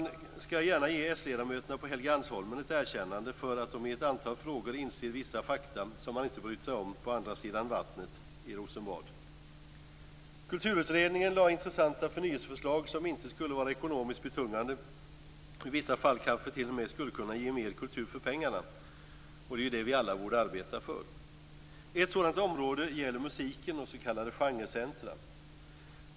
Däremot skall jag gärna ge sledamöterna på Helgeandsholmen ett erkännande för att de i ett antal frågor inser vissa fakta som man inte brytt sig om på andra sidan vattnet - i Rosenbad. Kulturutredningen lade fram intressanta förnyelseförslag som inte skulle vara ekonomiskt betungande och i vissa fall kanske t.o.m. skulle kunna ge mer kultur för pengarna. Det är ju det vi alla borde arbeta för. Ett sådant område gäller musiken och s.k. genrecentrum.